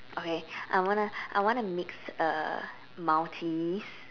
okay I wanna I wanna mix a Maltese